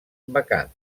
vacant